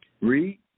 Read